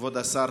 כבוד השר,